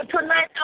tonight